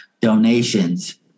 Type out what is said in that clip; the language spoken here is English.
donations